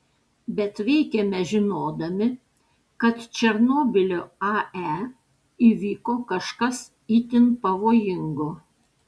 bet veikėme žinodami kad černobylio ae įvyko kažkas itin pavojingo